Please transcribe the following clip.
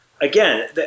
Again